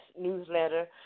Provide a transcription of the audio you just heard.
newsletter